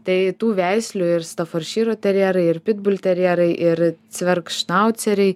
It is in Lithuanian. tai tų veislių ir stafordšyro terjerai ir pitbulterjerai ir cvergšnauceriai